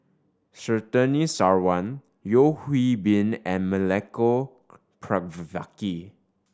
Surtini Sarwan Yeo Hwee Bin and Milenko Prvacki